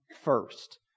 first